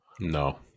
no